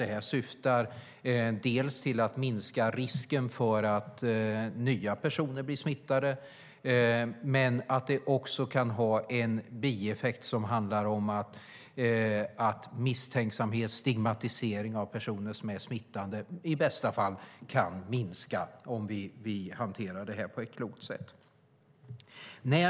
Den syftar till att minska risken för nya personer att bli smittade. Bieffekten kan i bästa fall bli att misstänksamhet mot och stigmatisering av smittade personer minskar om lagen hanteras på ett klokt sätt.